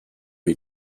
wir